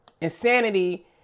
insanity